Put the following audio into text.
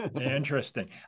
Interesting